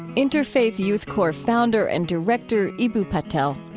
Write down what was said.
interfaith youth core founder and director eboo patel.